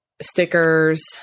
stickers